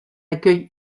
accueille